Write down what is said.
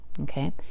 Okay